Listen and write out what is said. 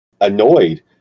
annoyed